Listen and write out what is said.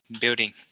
building